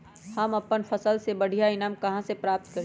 हम अपन फसल से बढ़िया ईनाम कहाँ से प्राप्त करी?